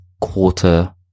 quarter